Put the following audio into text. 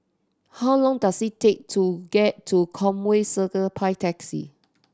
how long does it take to get to Conway Circle by taxi